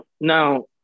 Now